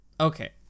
Okay